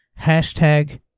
hashtag